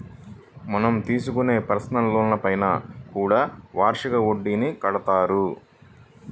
మనం తీసుకునే పర్సనల్ లోన్లపైన కూడా వార్షిక వడ్డీని కడతారు